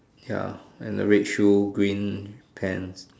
ya and the red shoe green pants